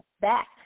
back